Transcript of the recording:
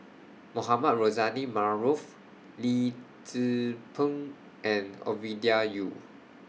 Mohamed Rozani Maarof Lee Tzu Pheng and Ovidia Yu